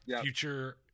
future